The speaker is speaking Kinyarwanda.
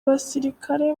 basirikare